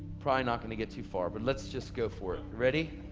probably not going to get too far but let's just go for it. ready?